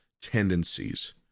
tendencies